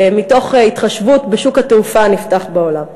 מתוך התחשבות בשוק התעופה הנפתח בעולם.